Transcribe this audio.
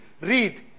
Read